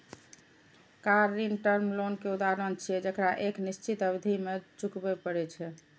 car ऋण term loan के उदाहरण छियै, जेकरा एक निश्चित अवधि मे चुकबै पड़ै छै